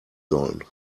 sollen